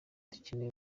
dukeneye